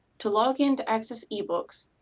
to log in to access ebooks,